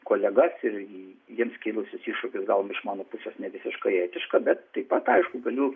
kolegas ir jiems kilusius iššūkius gal iš mano pusės nevisiškai etiška bet taip pat aišku galiu